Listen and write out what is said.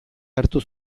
hartu